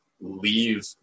leave